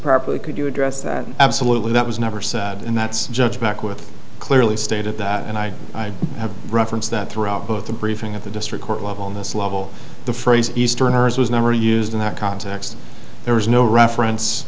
properly could you address that absolutely that was never said and that's judge back with clearly stated that and i have referenced that throughout the briefing of the district court level on this level the phrase easterners was never used in that context there was no reference